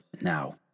now